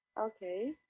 okay